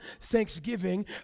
Thanksgiving